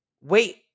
wait